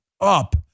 up